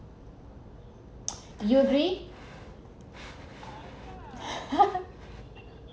you agree